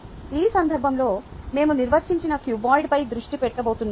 ఈ సందర్భంలో మేము నిర్వచించిన క్యూబాయిడ్ పై దృష్టి పెట్టబోతున్నాం